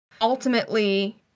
ultimately